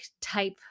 type